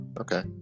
Okay